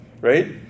right